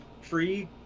free